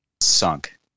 Sunk